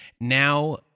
now